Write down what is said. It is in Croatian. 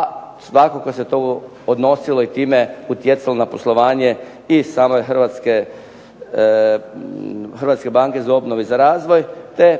a svakako se to odnosilo i time utjecalo na poslovanje i same Hrvatske banke za obnovu i za razvoj, te